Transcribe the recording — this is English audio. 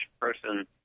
person